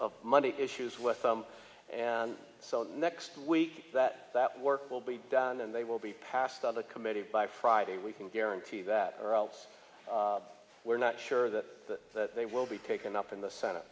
of money issues with them and so next week that that work will be done and they will be passed on the committee by friday we can guarantee that or else we're not sure that they will be taken up in the senate